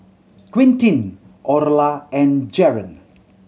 Quintin Orla and Jaron